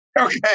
Okay